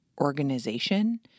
organization